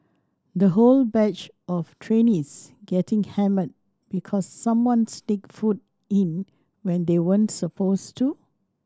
the whole batch of trainees getting hammered because someone sneaked food in when they weren't supposed to